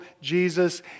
Jesus